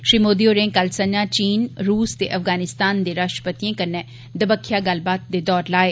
श्री मोदी होरें कल संजा चीन रूस ते अफगानिस्तान दे राश्ट्रपतिएं कन्नै दबक्ख्या गल्लबात दे दौर लाए